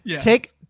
take